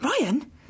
Ryan